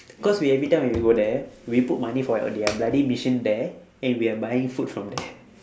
cause we every time when we were there we put money for their bloody machine there and we're buying food from there